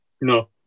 No